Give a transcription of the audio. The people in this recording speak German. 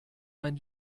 mein